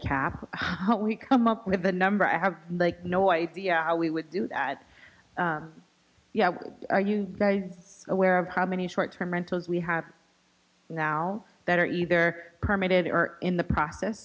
how we come up with the number i have no idea how we would do that are you very aware of how many short term rentals we have now that are either permitted or in the process